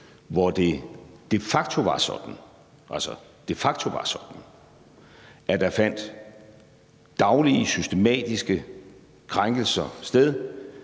var sådan – de facto var sådan – at der fandt daglige systematiske krænkelser sted,